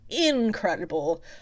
incredible